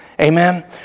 Amen